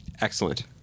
Excellent